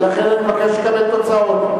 ולכן אני מבקש לקבל תוצאות.